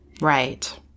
Right